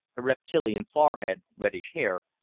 a reptilian forehead, reddish hair,